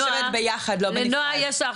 נועה,